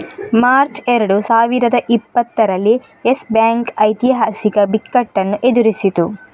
March ಎರಡು ಸಾವಿರದ ಇಪ್ಪತ್ತರಲ್ಲಿ ಯೆಸ್ ಬ್ಯಾಂಕ್ ಐತಿಹಾಸಿಕ ಬಿಕ್ಕಟ್ಟನ್ನು ಎದುರಿಸಿತು